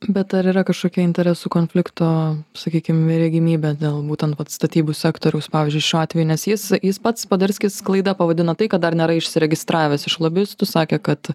bet ar yra kažkokia interesų konflikto sakykim regimybė dėl būtent vat statybų sektoriaus pavyzdžiui šiuo atveju nes jis jis pats poderskis klaida pavadino tai kad dar nėra išsiregistravęs iš lobistų sakė kad